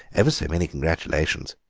ever so many congratulations.